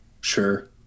Sure